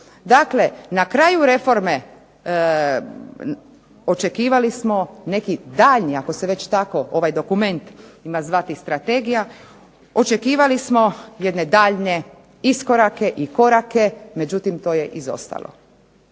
Dakle, na kraju reforme očekivali smo neki daljnji ako se već tako ovaj dokument ima zvati strategija, očekivali smo jedne daljnje iskorake i korake, međutim to je izostalo.